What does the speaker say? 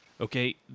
okay